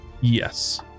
Yes